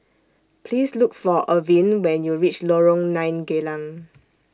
Please Look For Irvine when YOU REACH Lorong nine Geylang